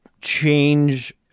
change